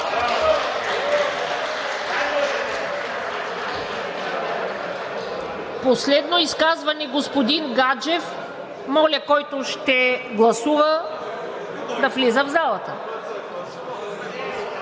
Последно изказване – господин Гаджев. Моля, който ще гласува, да влиза в залата.